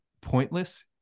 pointless